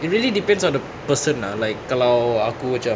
it really depends on the person ah like kalau aku cam